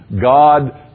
God